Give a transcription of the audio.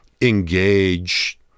engage